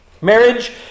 marriage